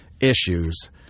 issues –